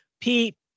Pete